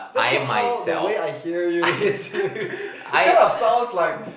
that's not how the way I hear you yes it kind of sounds like